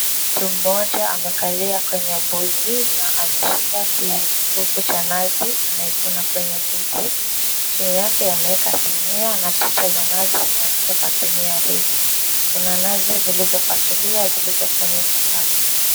Mtu mmoja amekalia kwenye mbuzi na ameshika kifufu cha nazi anaikuna kwenye mbuzi. Chini yake ameweka sinia na chicha za nazi zinaanguka kwa sinia hiyo. Kuna nazi zilizopasuliwa zilizoko kwenye sakafu.